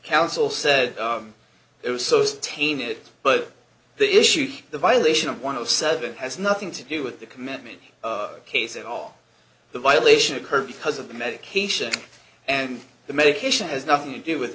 counsel said it was so is tainted but the issues the violation of one of seven has nothing to do with the commitment of a case at all the violation occurred because of the medication and the medication has nothing to do with